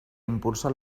impulsa